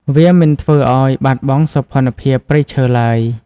វាមិនធ្វើឱ្យបាត់បង់សោភ័ណភាពព្រៃឈើឡើយ។